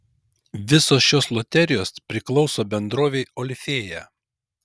visos šios loterijos priklauso bendrovei olifėja